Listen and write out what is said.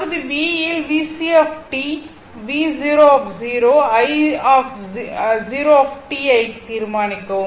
பகுதி B இல் VC Vo i o ஐ தீர்மானிக்கவும்